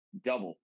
double